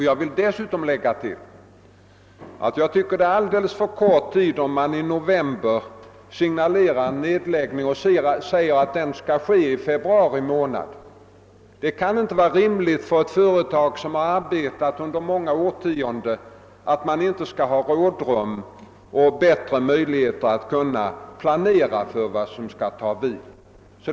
Jag vill tillägga, att jag tycker det är alldeles för kort varseltid, om man i november signalerar nedläggningen och säger att den skall ske i februari månad. Det kan inte vara rimligt att ett företag som har arbetat i många årtionden inte har bättre möjligheter att planera för hur det skall bli i fortsättningen.